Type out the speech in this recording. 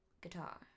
Guitar